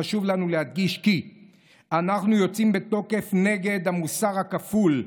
חשוב לנו להדגיש כי אנחנו יוצאים בתוקף נגד המוסר הכפול,